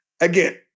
Again